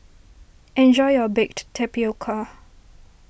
enjoy your Baked Tapioca